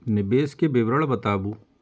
निवेश के विवरण बताबू?